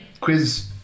quiz